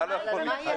אתה לא יכול להתחייב.